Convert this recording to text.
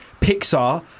Pixar